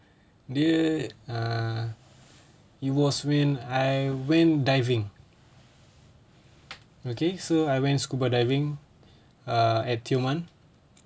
dia err it was when I went diving okay so I went scuba diving uh at tioman